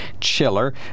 chiller